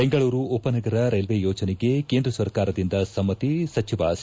ಬೆಂಗಳೂರು ಉಪನಗರ ರೈಲ್ವೆ ಯೋಜನೆಗೆ ಕೇಂದ್ರ ಸರ್ಕಾರದಿಂದ ಸಮ್ಮತಿ ಸಚಿವ ಸಿ